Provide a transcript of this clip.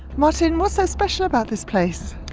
martin, what's so special about this place?